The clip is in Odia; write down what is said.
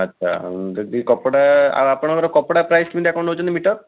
ଆଚ୍ଛା ଯଦି କପଡ଼ା ଆଉ ଆପଣଙ୍କର କପଡ଼ା ପ୍ରାଇସ୍ କେମିତି ଆପଣ ନେଉଛନ୍ତି ମିଟର୍